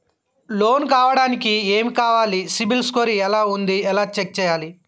Loan కావడానికి ఏమి కావాలి సిబిల్ స్కోర్ ఎలా ఉంది ఎలా చెక్ చేయాలి?